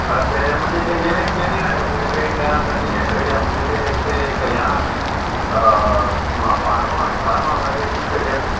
हय तें म्हणजे तेंगेले एक प्लॅनिंग हा रे रेन डांस आनी हें करया म्हणजे तें एक तें एक हें हा खंय फार्म हा खंय फार्म हावजार एक दीस करया थंय